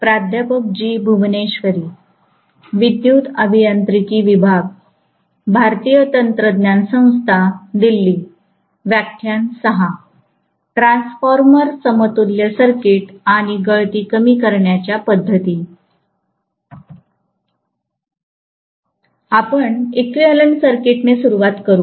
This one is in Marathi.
आपण इक्विवैलेन्ट सर्किटने सुरूवात करू